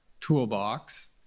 toolbox